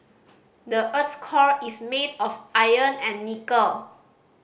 the earth's core is made of iron and nickel